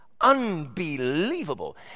Unbelievable